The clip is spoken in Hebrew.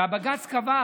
בג"ץ קבע,